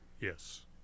Yes